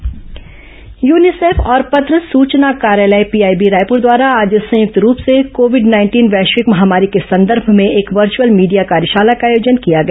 UNICEF Covid workshop UNICEF और पत्र सूचना कार्यालय पीआईबी रायपुर द्वारा आज संयुक्त रूप से कोविड नाइंटीन वैश्विक महामारी के संदर्भ में एक वर्चअल मीडिया कार्यशाला का आयोजन किया गया